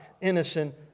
innocent